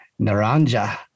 Naranja